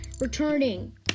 returning